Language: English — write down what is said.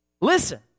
listen